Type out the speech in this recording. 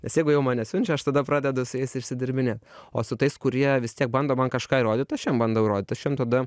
nes jeigu jau mane siunčia aš tada pradedu su jais išsidirbinėt o su tais kurie vis tiek bando man kažką įrodyt aš jiem bandau įrodyt aš jiem tada